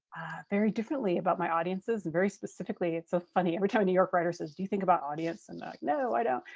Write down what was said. very differently about my audiences, very specifically. it's so funny. every time a new york writer says do you think about audience? and they're like no, i don't.